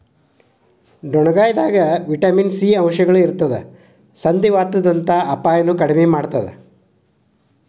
ಡೊಣ್ಣಗಾಯಿದಾಗ vitamin C ಅಂಶಗಳು ಇರತ್ತದ ಸಂಧಿವಾತದಂತ ಅಪಾಯನು ಕಡಿಮಿ ಮಾಡತ್ತದ